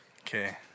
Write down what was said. Okay